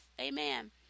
amen